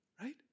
right